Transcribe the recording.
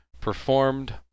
performed